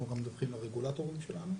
אנחנו גם מדווחים לרגולטורים שלנו,